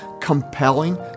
compelling